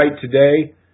today